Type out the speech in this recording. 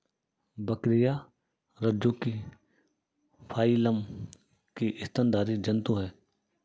बकरियाँ रज्जुकी फाइलम की स्तनधारी जन्तु है